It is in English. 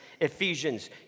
Ephesians